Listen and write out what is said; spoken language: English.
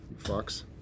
fucks